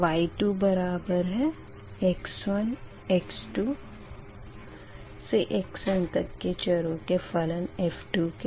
y2 बराबर है x1 x2 से xn तक के चरों के फलन f2 के